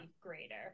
greater